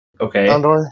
Okay